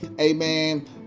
amen